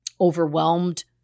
overwhelmed